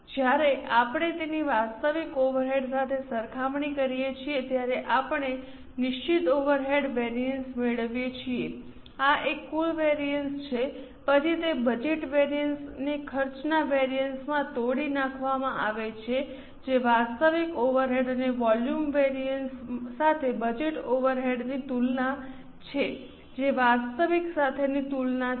જ્યારે આપણે તેની વાસ્તવિક ઓવરહેડ સાથે સરખામણી કરીએ છીએ ત્યારે આપણે નિશ્ચિત ઓવરહેડ વેરિઅન્સ મેળવીએ છીએ આ એક કુલ વિવિધતા છે પછી તે બજેટ વેરિઅન્સ ને ખર્ચના વિવિધતામાં તોડી નાખવામાં આવે છે જે વાસ્તવિક ઓવરહેડ અને વોલ્યુમ વેરિઅન્સ સાથે બજેટ ઓવરહેડની તુલના છે જે વાસ્તવિક સાથેની તુલના છે